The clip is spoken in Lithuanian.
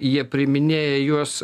jie priiminėja juos